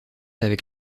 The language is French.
avec